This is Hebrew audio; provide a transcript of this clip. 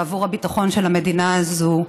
בעבור הביטחון של המדינה הזאת.